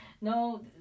no